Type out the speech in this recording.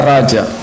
Raja